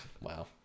Wow